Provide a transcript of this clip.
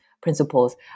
Principles